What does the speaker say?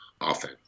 often